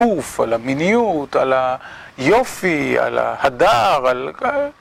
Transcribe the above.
גוף, על המיניות, על היופי, על ההדר